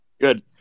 good